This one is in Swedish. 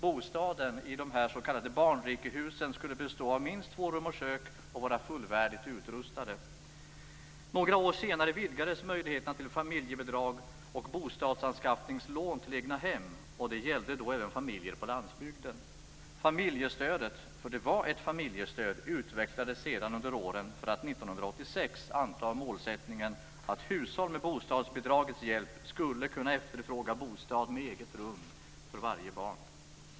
Bostaden i de s.k. barnrikehusen skulle bestå av minst två rum och kök och vara fullvärdigt utrustade. Några år senare vidgades sedan möjligheten till familjebidrag och bostadsanskaffningslån till egnahem, och det gällde då även familjer på landsbygden. Familjestödet, det var ett familjestöd, utvecklas sedan under åren för att 1986 få målsättningen att hushåll med bostadsbidragets hjälp skulle kunna efterfråga en bostad med eget rum för varje barn.